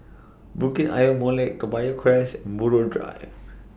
Bukit Ayer Molek Toa Payoh Crest Buroh Drive